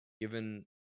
Given